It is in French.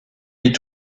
est